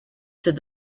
said